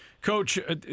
Coach